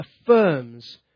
affirms